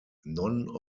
none